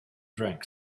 drank